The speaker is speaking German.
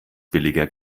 billiger